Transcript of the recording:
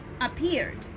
appeared